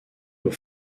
aux